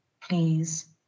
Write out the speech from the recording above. please